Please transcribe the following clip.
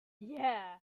yeah